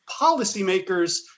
policymakers